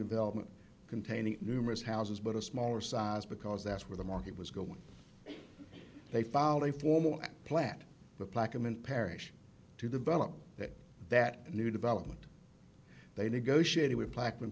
development containing numerous houses but a smaller size because that's where the market was going they found a formal plant the plaque in mint parish to develop that that new development they negotiated